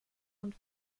und